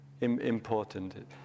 important